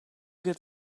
got